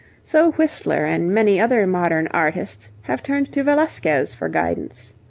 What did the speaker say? so whistler and many other modern artists have turned to velasquez for guidance.